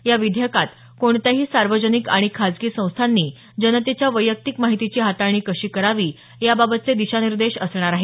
या विधेयकात कोणत्याही सार्वजनिक आणि खाजगी संस्थांनी जनतेच्या वैयक्तिक माहितीची हाताळणी कशी करावी याबाबतचे दिशानिर्देश असणार आहेत